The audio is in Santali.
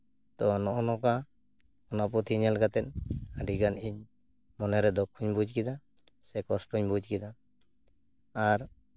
ᱛᱚ ᱱᱚᱜᱼᱚᱭ ᱱᱚᱝᱠᱟ ᱱᱚᱣᱟ ᱯᱩᱛᱷᱤᱧᱮᱞ ᱠᱟᱛᱮ ᱟᱹᱰᱤ ᱜᱟᱱ ᱤᱧ ᱢᱚᱱᱮᱨᱮ ᱫᱩᱠᱠᱷᱚᱧ ᱵᱩᱡᱽ ᱠᱮᱫᱟ ᱥᱮ ᱠᱚᱥᱴᱚᱧ ᱵᱩᱡᱽ ᱠᱮᱫᱟ ᱟᱨ